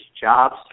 jobs